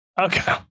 okay